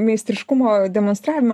meistriškumo demonstravimą